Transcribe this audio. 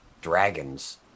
dragons